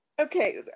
Okay